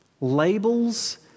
Labels